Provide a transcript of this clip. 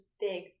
big